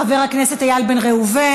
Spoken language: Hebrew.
חבר הכנסת איל בן ראובן,